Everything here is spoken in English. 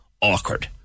awkward